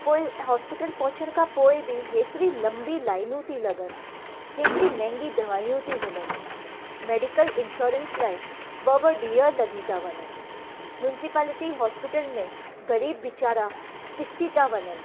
पोइ हॉस्पीटल पहुचणु खां पोइ बि हेतिरी लंबी लाइनू थी लॻनि हेतिरी महांगी दवायूं थी मिलनि मेडिकल इंश्योरेंस लाइ ॿ ॿ ॾींहं लॻी था वञनि मुंसीपॉलिटी हॉस्पीटल में गरीब वेचारा पिसी था वञनि